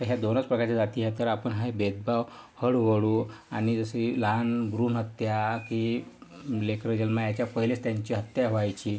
ह्या दोनच प्रकारच्या जाती आहेत तर आपण हा भेदभाव हळूहळू आणि जशी लहान भ्रूणहत्या की लेकरं जन्माला यायच्या पहिलेच त्यांची हत्या व्हायची